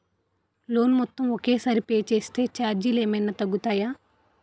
Loan మొత్తం ఒకే సారి పే చేస్తే ఛార్జీలు ఏమైనా తగ్గుతాయా?